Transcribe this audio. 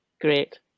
great